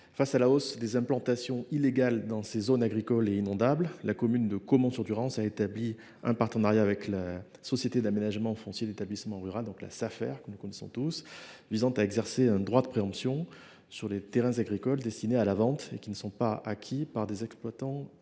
Face à la hausse des implantations illégales dans des zones agricoles et inondables, la commune de Caumont sur Durance a établi un partenariat avec la société d’aménagement foncier et d’établissement rural (Safer) visant à exercer un droit de préemption sur les terrains agricoles destinés à la vente qui ne sont pas acquis par des exploitants agricoles.